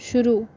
शुरू